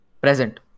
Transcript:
present